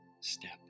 step